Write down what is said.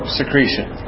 secretion